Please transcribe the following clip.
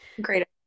Great